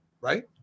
right